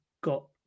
got